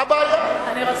מה הבעיה?